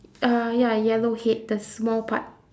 uh ya yellow head the small part